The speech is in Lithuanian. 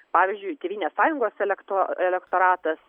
pavyzdžiui tėvynės sąjungos elekto elektoratas